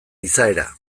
izaera